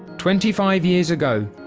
twenty five years ago,